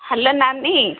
hello ନାନୀ